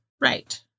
Right